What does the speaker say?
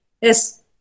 Yes